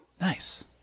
Nice